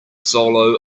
solo